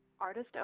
Artist